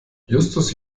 justus